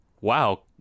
Wow